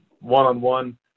one-on-one